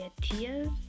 tears